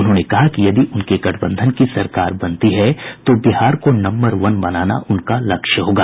उन्होंने कहा कि यदि उनके गठबंधन की सरकार बनती है तो बिहार को नम्बर वन बनाना उनका लक्ष्य होगा